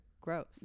gross